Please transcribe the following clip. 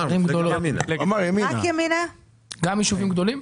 גם ישובים גדולים?